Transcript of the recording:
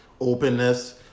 openness